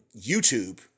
YouTube